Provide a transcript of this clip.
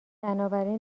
بنابراین